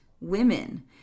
women